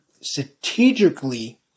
strategically